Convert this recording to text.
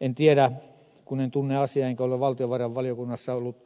en tiedä kun en tunne asiaa enkä ole valtiovarainvaliokunnassa ollut